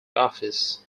office